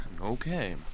Okay